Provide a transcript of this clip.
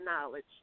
knowledge